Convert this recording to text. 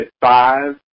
five